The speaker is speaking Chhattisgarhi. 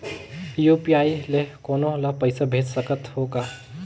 यू.पी.आई ले कोनो ला पइसा भेज सकत हों का?